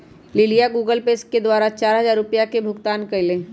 लिलीया Google pay द्वारा चार हजार रुपिया के भुगतान कई लय